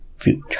future 。